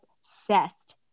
obsessed